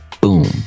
Boom